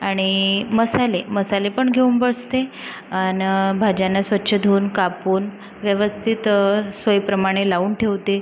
आणि मसाले मसाले पण घेऊन बसते आणि भाज्यांना स्वच्छ धुवून कापून व्यवस्थित सोयीप्रमाणे लावून ठेवते